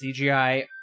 CGI